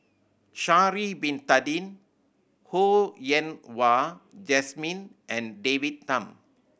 Sha'ari Bin Tadin Ho Yen Wah Jesmine and David Tham